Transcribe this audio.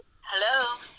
Hello